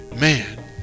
man